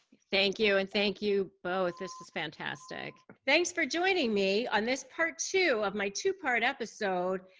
thank you. and thank you both. this is fantastic. thanks for joining me on this part two of my two part episode,